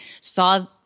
saw